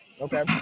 Okay